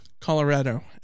Colorado